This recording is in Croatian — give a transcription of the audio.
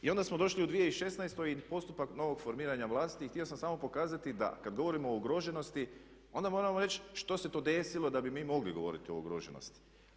I onda smo došli u 2016. i postupak novog formiranja vlasti i htio sam samo pokazati da kad govorimo o ugroženosti onda moramo reći što se to desilo da bi mi mogli govoriti o ugroženosti.